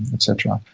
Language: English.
et cetera.